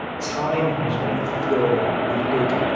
time was what the fuhrer needed.